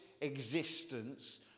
existence